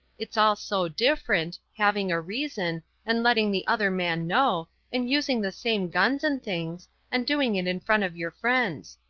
it's all so different having a reason and letting the other man know and using the same guns and things and doing it in front of your friends.